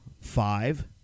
five